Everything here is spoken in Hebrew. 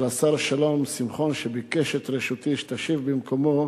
של השר שלום שמחון, שביקש את רשותי שתשיב במקומו